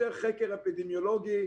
יותר חקר אפידמיולוגי,